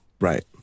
Right